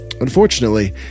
unfortunately